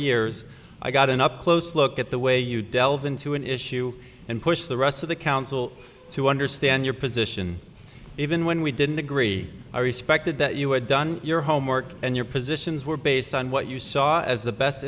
years i got an up close look at the way you delve into an issue and push the rest of the council to understand your position even when we didn't agree i respected that you had done your homework and your positions were based on what you saw as the best